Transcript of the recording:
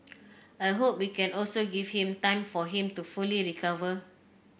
I hope we can also give him time for him to fully recover